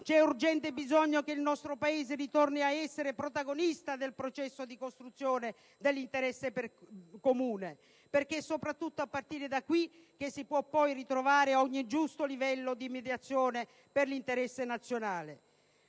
C'è urgente bisogno che il nostro Paese ritorni a essere protagonista del processo di costruzione dell'interesse comune, perché è soprattutto a partire da qui che si può poi ritrovare il giusto livello di mediazione per l'interesse nazionale.